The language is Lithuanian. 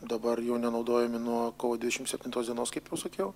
dabar jau nenaudojami nuo kovo dvidešim septintos dienos kai pasakiau